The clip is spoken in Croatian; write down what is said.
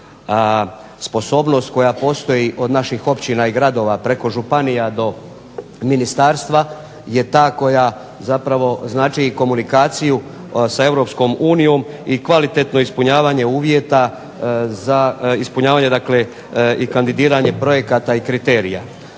Sposobnost koja postoji od naših općina i gradova, preko županija do ministarstva je ta koja zapravo znači i komunikaciju sa Europskom unijom i kvalitetno ispunjavanje uvjeta, ispunjavanje dakle i kandidiranje projekata i kriterija.